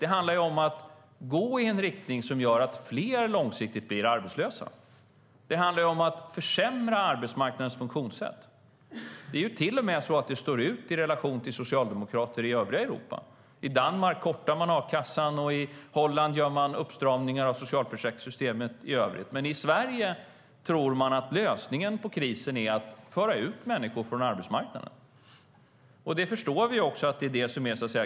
Det handlar om att gå i en riktning som gör att fler långsiktigt blir arbetslösa och om att försämra arbetsmarknadens funktionssätt. Ni avviker till och med från socialdemokrater i övriga Europa. I Danmark kortar man a-kassan, och i Holland gör man uppstramningar av socialförsäkringssystemet. I Sverige tror ni i stället att lösningen på krisen är att föra ut människor från arbetsmarknaden.